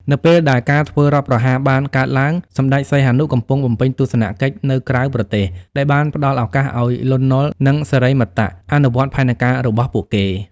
នៅពេលដែលការធ្វើរដ្ឋប្រហារបានកើតឡើង សម្ដេចសីហនុកំពុងបំពេញទស្សនកិច្ចនៅក្រៅប្រទេស ដែលបានផ្ដល់ឱកាសឱ្យ លន់ នល់ និងសិរិមតៈ អនុវត្តផែនការរបស់ពួកគេ។